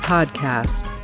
Podcast